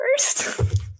first